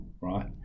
right